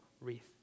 wreath